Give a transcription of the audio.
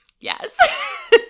yes